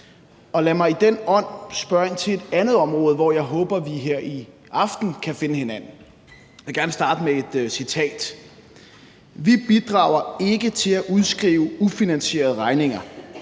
lad mig i den ånd spørge ind til et andet område, hvor jeg håber, at vi her i aften kan finde hinanden. Jeg vil gerne starte med et citat: Vi bidrager ikke til at udskrive ufinansierede regninger.